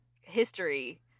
history